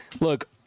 Look